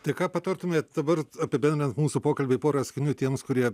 tai ką patartumėt dabar apibendrinant mūsų pokalbį pora sakinių tiems kurie